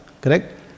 correct